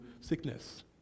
sickness